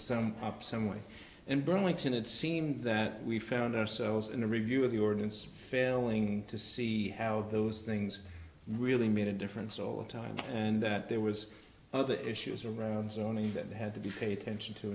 up some way in burlington it seemed that we found ourselves in a review of the ordinance failing to see how those things really made a difference over time and that there was other issues around zoning that had to be hay tension to